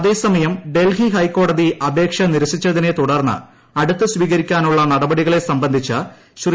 അതേസമയം ഡ്ൽഹ് ഹൈക്കോടതി അപേക്ഷ നിരസിച്ചതിനെ തുടർന്ന് അടൂർത്ത് സ്വീകരിക്കാനുള്ള നടപടികളെ സംബന്ധിച്ച് ശ്രീ